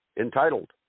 entitled